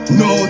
no